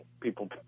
People